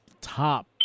top